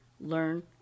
learn